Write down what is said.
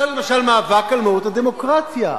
זה למשל מאבק על מהות הדמוקרטיה.